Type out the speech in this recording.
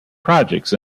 projects